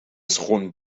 schoen